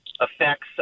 affects